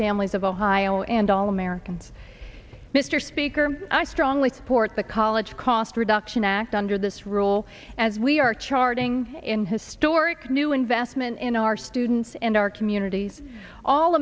families of ohio and all americans mr speaker i strongly support the college cost reduction act under this rule as we are charting in historic new investment in our students and our communities all